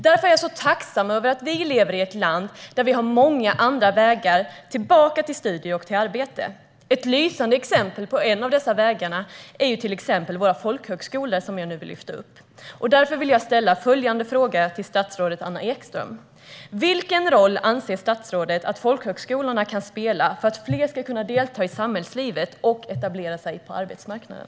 Därför är jag tacksam över att vi lever i ett land där vi har många andra vägar tillbaka till studier och till arbete. Ett lysande exempel på dessa vägar är våra folkhögskolor, som jag nu vill lyfta upp. Därför vill jag ställa följande fråga till statsrådet Anna Ekström: Vilken roll anser statsrådet att folkhögskolorna kan spela för att fler ska kunna delta i samhällslivet och etablera sig på arbetsmarknaden?